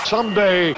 Someday